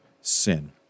sin